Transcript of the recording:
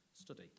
study